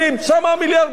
שם המיליארדים.